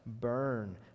burn